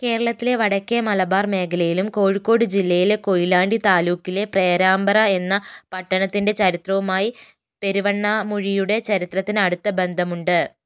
കേരളത്തിലെ വടക്കേ മലബാർ മേഖലയിലും കോഴിക്കോട് ജില്ലയിലെ കൊയിലാണ്ടി താലൂക്കിലെ പേരാമ്പ്ര എന്ന പട്ടണത്തിൻ്റെ ചരിത്രവുമായി പെരുവണ്ണാമുഴിയുടെ ചരിത്രത്തിന് അടുത്ത ബന്ധമുണ്ട്